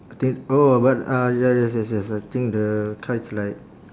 I think oh but ah ya yes yes yes I think the car is like